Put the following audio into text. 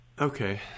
Okay